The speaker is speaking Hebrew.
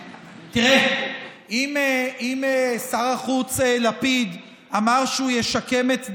תראה, אם שר החוץ לפיד אמר שהוא ישקם את דרעי,